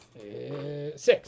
Six